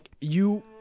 you-